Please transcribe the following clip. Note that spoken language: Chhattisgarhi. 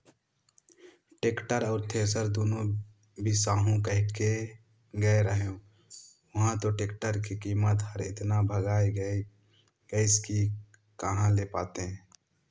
टेक्टर अउ थेरेसर दुनो बिसाहू कहिके गे रेहेंव उंहा तो टेक्टर के कीमत हर एतना भंगाए गइस में कहा ले पातें